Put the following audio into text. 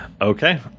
Okay